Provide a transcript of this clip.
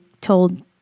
told